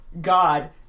god